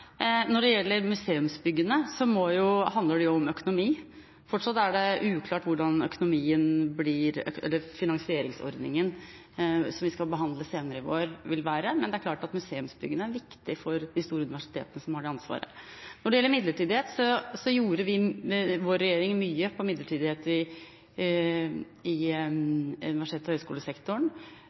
Når det gjelder museumsbyggene, handler det om økonomi. Fortsatt er det uklart hvordan finansieringsordningen, som vi skal behandle senere i vår, vil være. Men det er klart at museumsbyggene er viktige for de store universitetene, som har det ansvaret. Når det gjelder midlertidigheten, gjorde vår regjering mye på midlertidighet i universitets- og høyskolesektoren.